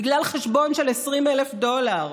בגלל חשבון של 20,000 דולר,